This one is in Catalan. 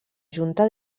junta